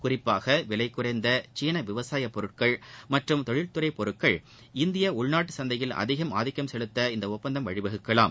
குறிப்பாக விலை குறைந்த சீன விவசாய பொருட்கள் மற்றும் தொழில்துறை பொருட்கள் இந்திய உள்நாட்டு சந்தையில் அதிக ஆதிக்கம் செலுத்த இந்த ஒப்பந்தம் வழிவகுக்கலாம்